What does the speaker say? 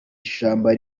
ishyamba